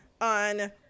on